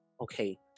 okay